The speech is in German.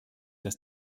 dass